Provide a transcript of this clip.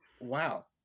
wow